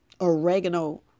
oregano